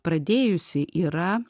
pradėjusi yra